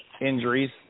injuries